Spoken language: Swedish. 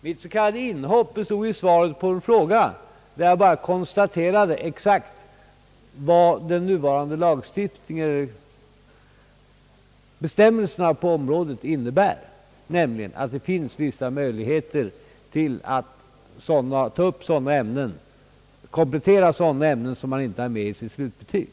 Mitt s.k. »inhopp» bestod i att jag svarade på en fråga och därvid bara exakt konstaterade vad bestämmelserna på området innebär, nämligen att det finns vissa möjligheter att komplettera sådana ämnen som man inte har med i sitt slutbetyg.